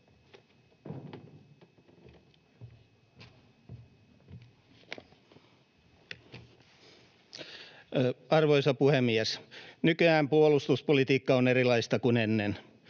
Arvoisa puhemies! Nykyään puolustuspolitiikka on erilaista kuin ennen.